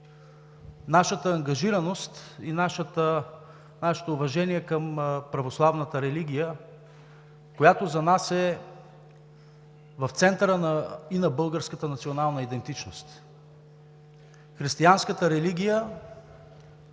нашата ангажираност и нашето уважение към православната религия, която за нас е в центъра и на българската национална идентичност. Християнската религия беше онова,